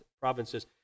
provinces